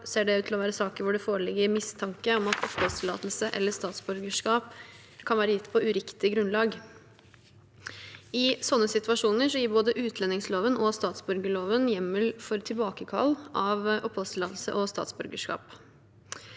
ser det ut til å være saker hvor det foreligger mistanke om at oppholdstillatelse eller statsborgerskap kan være gitt på uriktig grunnlag. I slike situasjoner gir både utlendingsloven og statsborgerloven hjemmel for tilbakekall av oppholdstillatelse og statsborgerskap.